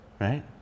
right